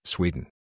Sweden